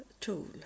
tool